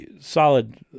Solid